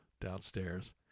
downstairs